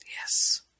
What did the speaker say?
Yes